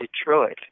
Detroit